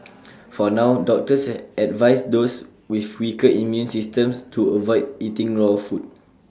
for now doctors advise those with weaker immune systems to avoid eating raw food